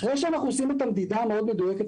אחרי שאנחנו עושים את המדידה המאוד מדויקת